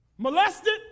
Molested